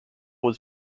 was